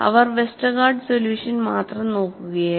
അവർ Westergaard solution മാത്രം നോക്കുകയായിരുന്നു